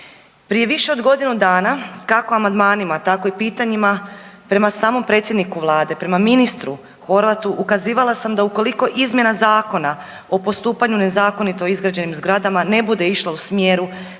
Prije više od godinu dana kako amandmanima, tako i pitanjima prema samom predsjedniku Vlade, prema ministru Horvatu ukazivala sam da ukoliko izmjena Zakona o postupanju nezakonito izgrađenim zgradama ne bude išla u smjeru